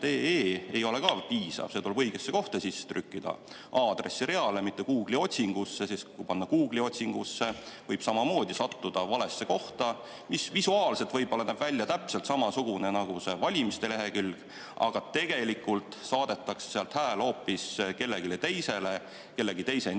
ei ole ka piisav. See tuleb õigesse kohta trükkida, aadressireale, mitte Google'i otsingusse. Sest kui see panna Google'i otsingusse, võib samamoodi sattuda valesse kohta, mis visuaalselt võib-olla näeb välja täpselt samasugune nagu valimiste lehekülg, aga tegelikult saadetakse sealt hääl hoopis kellelegi teisele kellegi teise nimega.